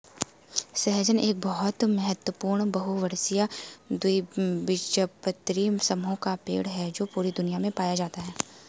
सहजन एक बहुत महत्वपूर्ण बहुवर्षीय द्विबीजपत्री समूह का पेड़ है जो पूरी दुनिया में पाया जाता है